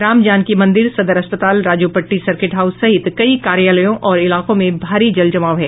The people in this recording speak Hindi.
राम जानकी मंदिर सदर अस्पताल राजोपट्टी सर्किट हाउस सहित कई कार्यालय और इलाकों में भारी जलजमाव है